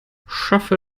schaffe